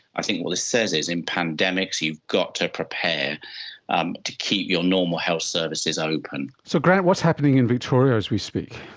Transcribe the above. i think what this says is in pandemics you've got to prepare um to keep your normal health services open. so grant, what's happening in victoria as we speak?